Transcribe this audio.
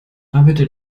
arbeite